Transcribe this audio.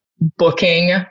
booking